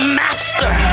master